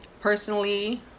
Personally